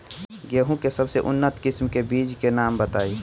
गेहूं के सबसे उन्नत किस्म के बिज के नाम बताई?